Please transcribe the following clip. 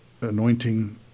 anointing